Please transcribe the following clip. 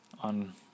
on